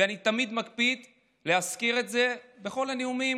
ואני תמיד מקפיד להזכיר את זה בכל הנאומים,